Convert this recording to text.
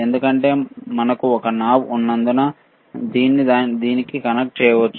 ఎందుకంటే మనకు ఒక నాబ్ ఉన్నందున దీన్ని దీనికి కనెక్ట్ చేయవచ్చు